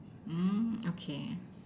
mm okay